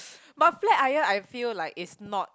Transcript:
but flat iron I feel like is not